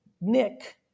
Nick